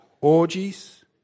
orgies